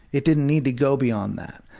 it didn't need to go beyond that.